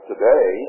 Today